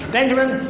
Benjamin